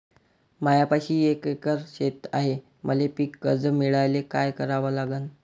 मायापाशी एक एकर शेत हाये, मले पीककर्ज मिळायले काय करावं लागन?